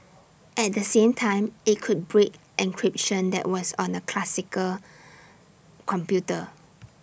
at the same time IT could break encryption that was on A classical computer